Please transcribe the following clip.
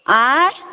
अँए